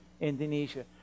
Indonesia